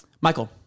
Michael